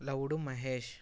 Lavudu Mahesh